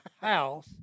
house